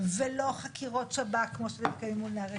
ולא חקירות שב"כ, כמו שמקיימים מול נערי הגבעות.